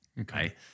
okay